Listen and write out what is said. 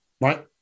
right